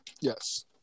Yes